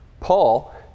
Paul